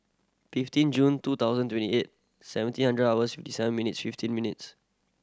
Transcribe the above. fifteen Jul two thousand twenty eight seventeen hundred hours seven minutes fifteen minutes